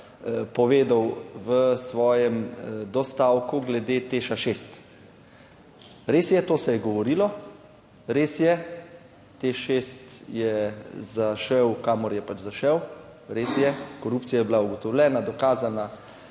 povedal v svojem do stavku glede TEŠ šest. Res je, to se je govorilo, res je, TEŠ šest je zašel kamor je pač zašel, res je, korupcija je bila ugotovljena, dokazana,